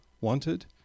wanted